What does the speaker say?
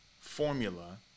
formula